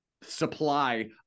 supply